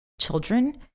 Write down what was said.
children